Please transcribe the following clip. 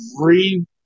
re